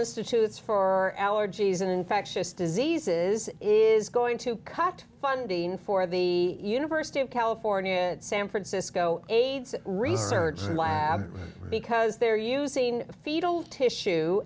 institutes for allergies and infectious diseases is going to cut funding for the university of california at san francisco aids research lab because they're using fetal tissue